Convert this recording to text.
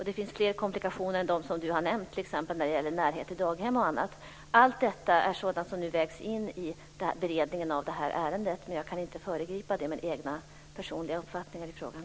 Det finns fler komplikationer än de som Karin Svensson Smith nämnde, t.ex. närhet till daghem. Allt detta är sådant som nu vägs in i beredningen av ärendet, men jag kan inte föregripa den med min egen personliga uppfattning i frågan.